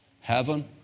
heaven